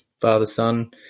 father-son